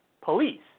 police